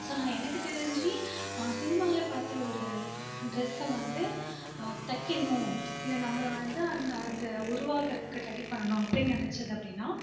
so நான் எனக்கு தெரிஞ்சு சினிமாவில பார்த்த ஒரு ட்ரெஸ்ஸை வந்து தைக்கணும் இல்லை நம்மளை வந்து அந்த அத உருவாக்குறத்துக்கு ட்ரை பண்ணணும் அப்படின்னு நினச்சது அப்படின்னா